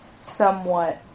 somewhat